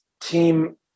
team